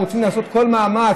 אנחנו ודאי רוצים לעשות כל מאמץ